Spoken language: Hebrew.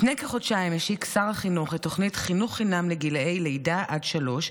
לפני כחודשיים השיק שר החינוך את תוכנית חינוך חינם לגיל לידה עד שלוש,